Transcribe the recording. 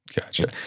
Gotcha